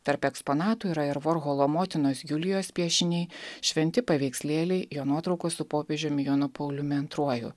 tarp eksponatų yra ir vorholo motinos julijos piešiniai šventi paveikslėliai jo nuotraukos su popiežiumi jonu pauliumi antruoju